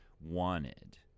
wanted